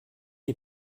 est